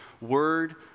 Word